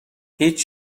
هیچ